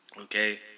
Okay